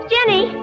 Jenny